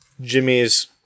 Jimmy's